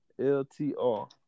LTR